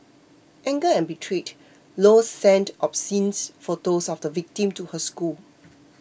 anger and betrayed Low sent obscene photos of the victim to her school